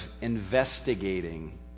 investigating